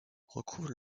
recouvrent